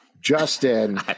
Justin